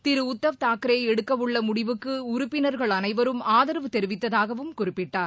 திரு உத்தவ் தாக்கரே எடுக்கவுள்ள முடிவுக்கு உறுப்பினர்கள் அனைவரும் ஆதரவு தெரிவித்ததாககவும் குறிப்பிட்டார்